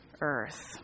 earth